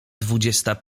dwudziesta